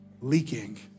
leaking